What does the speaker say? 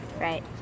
right